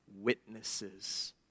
witnesses